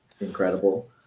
incredible